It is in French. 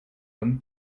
comme